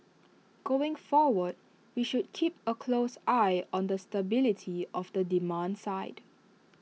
going forward we should keep A close eye on the stability of the demand side